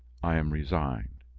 i am resigned.